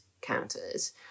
counters